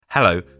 Hello